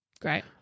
Great